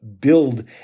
build